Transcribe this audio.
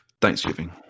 Thanksgiving